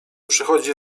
przychodzi